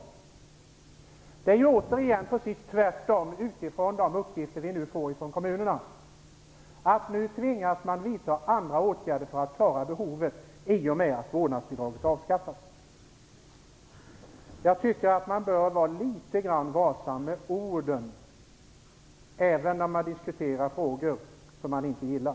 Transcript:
De uppgifter vi nu får från kommunerna visar att det även i detta fall förhåller sig precis tvärtom. I och med att vårdnadsbidraget avskaffas tvingas man nämligen nu i kommunerna att vidta andra åtgärder för att klara av att tillfredsställa behoven. Man bör vara litet varsam med orden även när man diskuterar saker som man inte gillar.